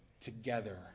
together